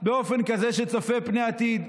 באופן כזה שצופה פני עתיד.